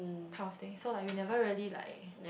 that kind of thing so we never really like